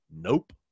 Nope